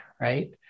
right